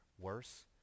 worse